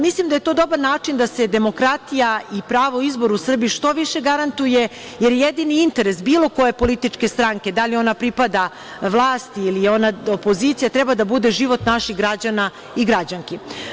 Mislim da je to dobar način da se demokratija i pravo izbora u Srbiji što više garantuje, jer jedini interes bilo koje političke stranke, da li ona pripada vlasti ili je ona opozicija, treba da bude život naših građana i građanki.